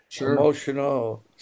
emotional